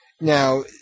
now